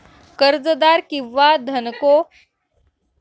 कर्जदार किंवा धनको हा एक पक्ष आहे ज्याचा इतर पक्षाच्या सेवांवर दावा आहे